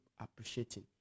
appreciating